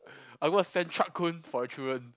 I'm going to send Truck-kun for the children